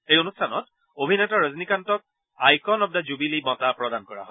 এই অনুষ্ঠানত অভিনেতা ৰজনীকান্তক আইকন অব দা জুবিলী বঁটা প্ৰদান কৰা হয়